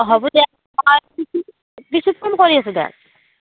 হ'ব দে পিছত ফোন কৰি আছোঁ দে